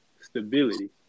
stability